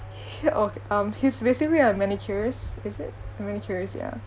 he o~ um he's basically a manicurist is it a manicurist ya